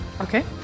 Okay